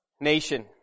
nation